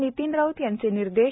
नितीन राऊत यांचे निर्देश